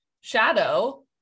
shadow